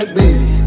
baby